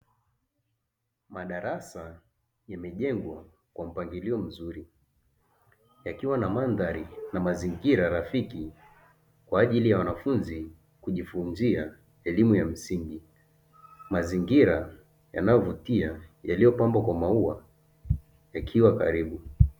Madarasa yamejengwa kwa mpangilio mzuri, yakiwa na mandhari na mazingira rafiki kwa ajili ya wanafunzi kujifunzia elimu ya msingi. Mazingira yanayovutia yaliyopambwa kwa maua yakiwa karibu.